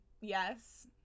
yes